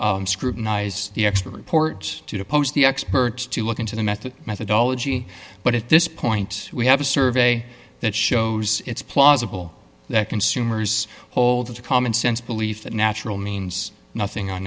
to scrutinize the extra reports to depose the experts to look into the method methodology but at this point we have a survey that shows it's plausible that consumers hold a commonsense belief that natural means nothing